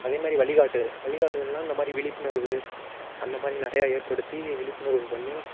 அதே மாதிரி வழிகாட்டுதல் வழிகாட்டுதல்னால் இந்த மாதிரி விழிப்புணர்வு அந்த மாதிரி நிறையா ஏற்படுத்தி விழிப்புணர்வு பண்ணி